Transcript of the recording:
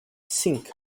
sink